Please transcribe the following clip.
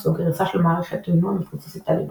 או "גרסה של מערכת גנו המבוססת על לינוקס".